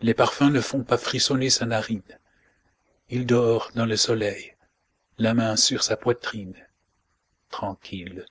les parfums ne font pas frissonner sa narine il dort dans le soleil la main sur sa poitrine tranquille